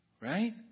Right